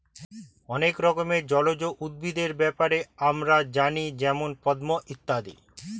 অনেক রকমের জলজ উদ্ভিদের ব্যাপারে আমরা জানি যেমন পদ্ম ইত্যাদি